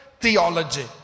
theology